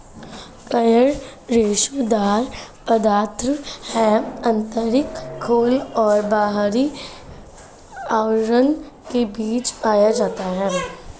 coir रेशेदार पदार्थ है आंतरिक खोल और बाहरी आवरण के बीच पाया जाता है